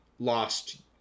Lost